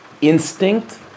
instinct